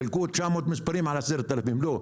חילקו 900 מספרים על 10,000. לא.